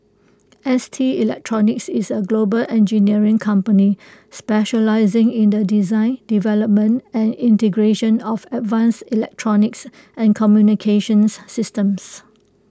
S T electronics is A global engineering company specialising in the design development and integration of advanced electronics and communications systems